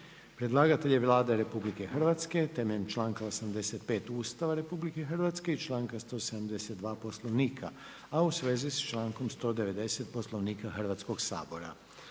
Predlagatelj je Vlada RH. Na temelju članka 85. Ustava RH i članka 172. Poslovnika u vezi članka 190. Poslovnika Hrvatskog sabora.